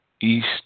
East